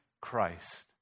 Christ